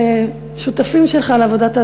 כשותפים שלך לעבודת ההסברה,